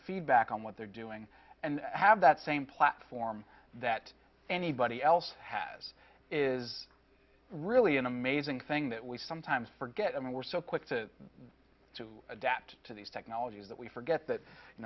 feedback on what they're doing and have that same platform that anybody else has is really an amazing thing that we sometimes forget and we're so quick to to adapt to these technologies that we forget that you